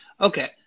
Okay